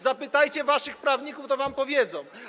Zapytajcie waszych prawników, to wam powiedzą.